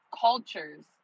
cultures